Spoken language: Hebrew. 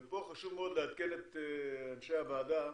ופה חשוב מאוד לעדכן את אנשי הוועדה,